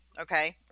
okay